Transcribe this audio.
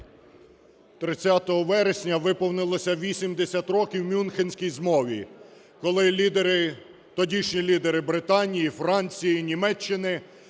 30 вересня виповнилося 80 років мюнхенській змові, коли лідери, тодішні лідери Британії, Франції, Німеччини